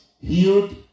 healed